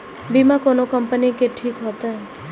बीमा कोन कम्पनी के ठीक होते?